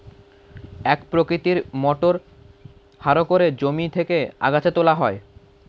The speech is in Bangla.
এক প্রকৃতির মোটর হ্যারো করে জমি থেকে আগাছা তোলা হয়